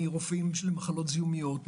מרופאים של מחלות זיהומיות,